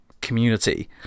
community